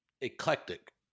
eclectic